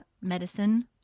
medicine